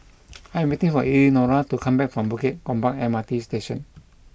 I am waiting for Elenora to come back from Bukit Gombak M R T Station